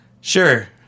Sure